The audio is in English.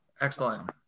Excellent